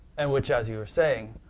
and which, as you were saying,